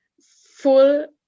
full